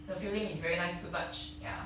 the feeling is very nice to touch ya